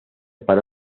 para